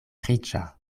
riĉa